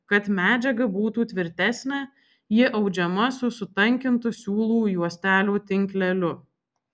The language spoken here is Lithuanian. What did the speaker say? kad medžiaga būtų tvirtesnė ji audžiama su sutankintu siūlų juostelių tinkleliu